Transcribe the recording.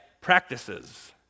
practices